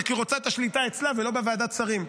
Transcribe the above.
רק היא רוצה את השליטה אצלה ולא בוועדת השרים.